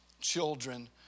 children